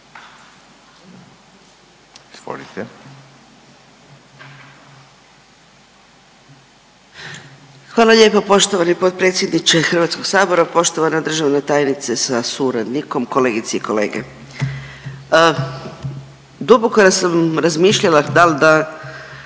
Hvala lijepo poštovani potpredsjedniče Hrvatskog sabora. Poštovana državna tajnice sa suradnikom, kolegice i kolege, duboko sam razmišljala da li da